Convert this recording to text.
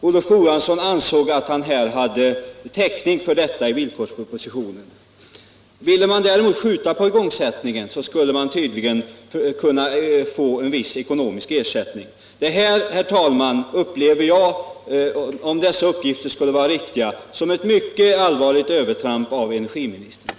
Om uttalande rörande förutsättningarna för avtal om upparbetning av använt kärnbränsle SÅRA tll Herr talman! Om dessa uppgifter skulle vara riktiga upplever jag det Om uttalande som ett mycket allvarligt övertramp av energiministern.